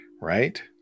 Right